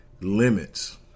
limits